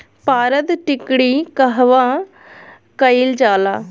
पारद टिक्णी कहवा कयील जाला?